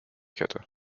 kette